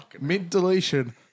mid-deletion